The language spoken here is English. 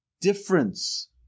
difference